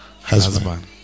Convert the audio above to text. husband